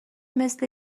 مثل